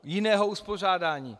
Jiné uspořádání.